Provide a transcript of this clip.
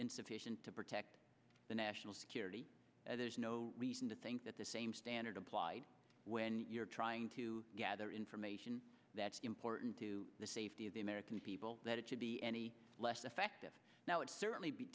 insufficient to protect the national security and there's no reason to think that the same standard applied when you're trying to gather information that's important to the safety of the american people that it should be any less effective now it certainly